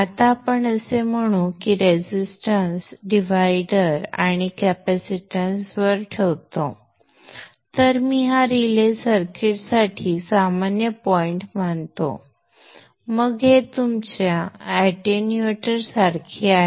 आता आपण असे म्हणू की मी रेझिस्टन्स डिव्हायडर आणि कॅपॅसिटन्स ठेवतो तर मी हा रिले सर्किटसाठी सामान्य बिंदू मानतो मग हे तुमच्या अॅटेन्युएटर सारखे आहे